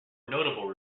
notable